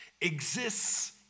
exists